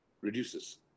reduces